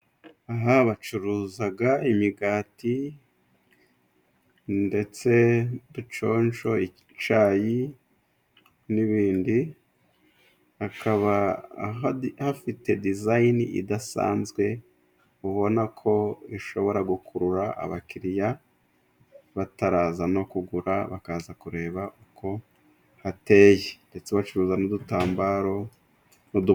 Aha bacuruza imigati ndetse n'uduconco, icyayi n'ibindi, hakaba hafite dizayine idasanzwe ubona ko ishobora gukurura abakiriya bataraza no kugura bakaza kureba uko hateye, ndetse bacuruza n'udutambaro tw'udu....